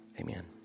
Amen